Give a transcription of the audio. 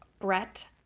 Brett